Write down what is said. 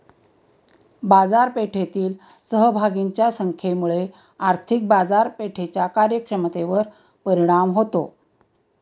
बाजारपेठेतील सहभागींच्या संख्येमुळे आर्थिक बाजारपेठेच्या कार्यक्षमतेवर परिणाम होतो